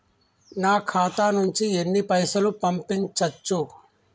నా ఖాతా నుంచి ఎన్ని పైసలు పంపించచ్చు?